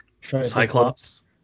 Cyclops